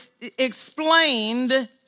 explained